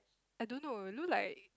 I don't know look like